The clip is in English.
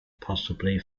possibly